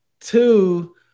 Two